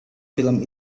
film